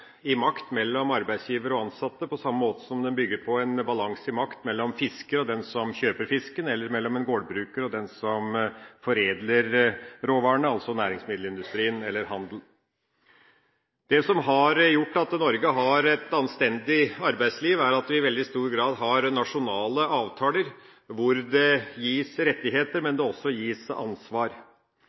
i makt mellom arbeidsgivere og ansatte, på samme måte som den bygger på en balanse i makt mellom fiskere og den som kjøper fisken, mellom en gårdbruker og den som foredler råvarene, altså næringsmiddelindustrien, eller innenfor handel. Det som har gjort at Norge har et anstendig arbeidsliv, er at vi i veldig stor grad har nasjonale avtaler hvor det gis rettigheter, men hvor det også gis ansvar.